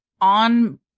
on